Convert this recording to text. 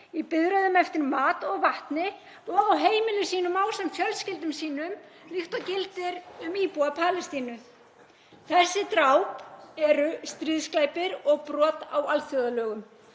í biðröðum eftir mat og vatni og á heimilum sínum ásamt fjölskyldum sínum líkt og gildir um íbúa Palestínu. Þessi dráp eru stríðsglæpir og brot á alþjóðalögum.